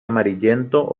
amarillento